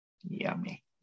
yummy